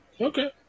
Okay